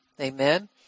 Amen